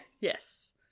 yes